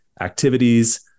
activities